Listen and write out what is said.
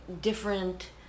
different